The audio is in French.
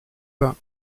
pas